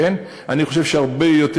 אני חושב שהרבה יותר.